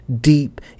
deep